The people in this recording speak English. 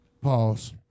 Pause